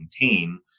maintain